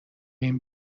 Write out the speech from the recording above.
این